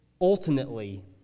Ultimately